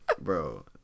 bro